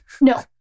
No